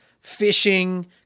Fishing